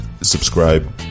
Subscribe